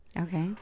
Okay